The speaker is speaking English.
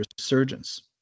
resurgence